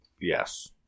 Yes